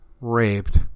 raped